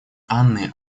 анны